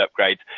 upgrades